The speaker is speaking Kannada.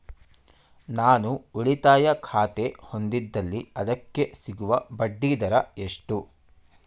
ನಾನು ಉಳಿತಾಯ ಖಾತೆ ಹೊಂದಿದ್ದಲ್ಲಿ ಅದಕ್ಕೆ ಸಿಗುವ ಬಡ್ಡಿ ದರ ಎಷ್ಟು?